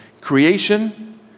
creation